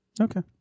Okay